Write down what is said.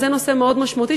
אז זה נושא מאוד משמעותי,